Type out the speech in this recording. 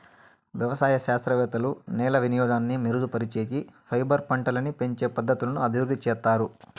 వ్యవసాయ శాస్త్రవేత్తలు నేల వినియోగాన్ని మెరుగుపరిచేకి, ఫైబర్ పంటలని పెంచే పద్ధతులను అభివృద్ధి చేత్తారు